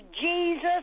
Jesus